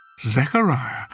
Zechariah